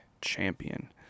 champion